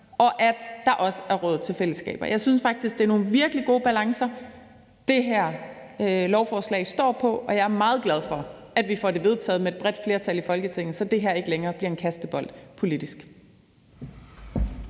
og at der også er råd til fællesskaber. Jeg synes faktisk, det er nogle virkelig gode balancer, det her lovforslag står på, og jeg er meget glad for, at vi får det vedtaget med et bredt flertal i Folketinget, så det her ikke længere bliver en kastebold politisk.